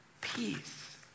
peace